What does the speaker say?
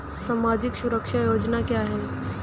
सामाजिक सुरक्षा योजना क्या है?